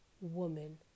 woman